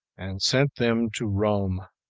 and sent them to rome.